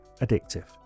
Addictive